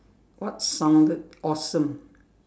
what sounded awesome